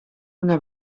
una